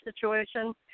situation